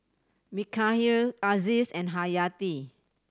Mikhail Aziz and Haryati